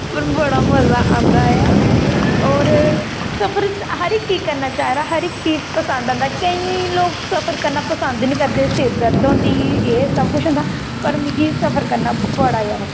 बड़ा मजा आंदा ऐ होर सफर च हर इक ई करना चाहिदा हर इक ई पसंद आंदा ऐ केईं केईं लोक सफर करना पसंद निं करदे सिरदर्द होंदी एह् सब कुछ होंदा पर मिगी सफर करना बड़ा जादा